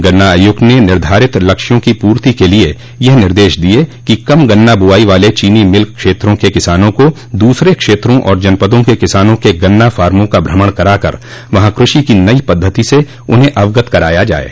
गन्ना आयुक्त ने निर्धारित लक्ष्यों की पूर्ति के लिये यह निर्देश दिये कि कम गन्ना बुआई वाले चीनी मिल क्षेत्रों के किसानों को दूसरे क्षेत्रों और जनपदों के किसानों के गन्ना फार्मो का भ्रमण कराकर वहां कृषि की नई पद्वति से उन्हें अवगत कराया जाये